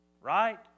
right